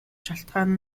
шалтгаан